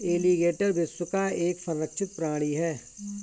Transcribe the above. alligator विश्व का एक संरक्षित प्राणी है